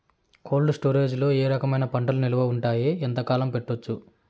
Cold storage లో ఏ రకమైన పంటలు నిలువ ఉంటాయి, ఎంతకాలం పెట్టొచ్చు?